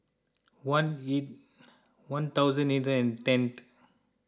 one eight one thousand eight and tenth